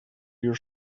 your